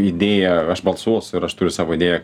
idėją aš balsuosiu ir aš turiu savo idėją